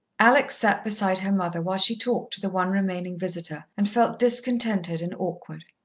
alex sat beside her mother while she talked to the one remaining visitor, and felt discontented and awkward.